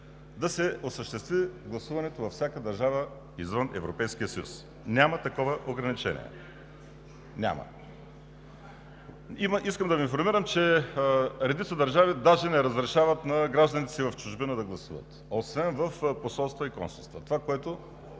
да се осъществи гласуването във всяка държава извън Европейския съюз. Няма такова ограничение. Няма! Искам да Ви информирам, че редица държави даже не разрешават на гражданите си в чужбина да гласуват, освен в посолствата и консулствата – това, което